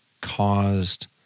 caused